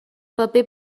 paper